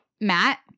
Matt